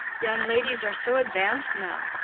young ladies are so advanced now.